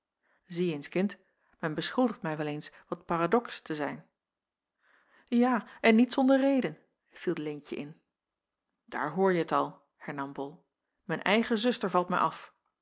zie eens kind men beschuldigt mij wel eens wat paradox te zijn ja en niet zonder reden viel leentje in daar hoorje t al hernam bol mijn eigen zuster valt mij af